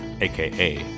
AKA